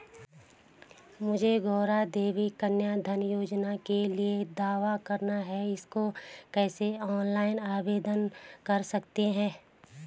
मुझे गौरा देवी कन्या धन योजना के लिए दावा करना है इसको कैसे ऑनलाइन आवेदन कर सकते हैं?